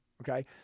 Okay